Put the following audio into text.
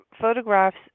photographs